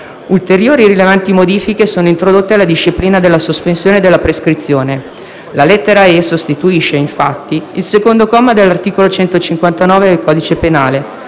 Ulteriori rilevanti modifiche sono introdotte alla disciplina della sospensione della prescrizione. La lettera *e)* sostituisce infatti il comma 2 dell'articolo 159 del codice penale,